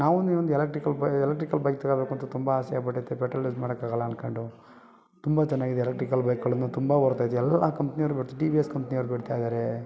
ನಾವೊಂದು ನೀವೊಂದು ಎಲೆಕ್ಟ್ರಿಕಲ್ ಬೈ ಎಲೆಕ್ಟ್ರಿಕಲ್ ಬೈಕ್ ತಗೊಬೇಕಂತ ತುಂಬ ಆಸೆ ಆಗ್ಬಿಟ್ಟೈತೆ ಪೆಟ್ರೋಲ್ ಯೂಸ್ ಮಾಡೋಕೆ ಆಗಲ್ಲ ಅಂದ್ಕೊಂಡು ತುಂಬ ಚೆನ್ನಾಗಿದೆ ಎಲೆಕ್ಟ್ರಿಕಲ್ ಬೈಕ್ಗಳೂ ತುಂಬ ಓಡ್ತಾಯಿದೆ ಎಲ್ಲ ಕಂಪ್ನಿಯವರು ಬಿಡ್ ಟಿ ವಿ ಎಸ್ ಕಂಪ್ನಿ ಅವ್ರು ಬಿಡ್ತಾಯಿದ್ದಾರೆ